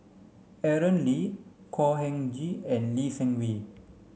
Aaron Lee Khor Ean Ghee and Lee Seng Wee